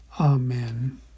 Amen